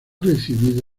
recibido